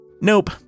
Nope